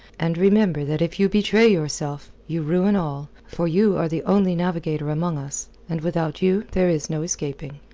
and remember that if you betray yourself, you ruin all, for you are the only navigator amongst us, and without you there is no escaping.